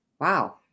Wow